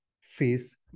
face